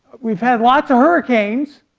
we've had lots of hurricanes